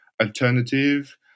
alternative